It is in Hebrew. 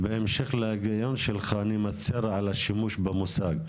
בהמשך להגיון שלך אני מצר על השימוש במושג,